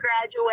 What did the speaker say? graduate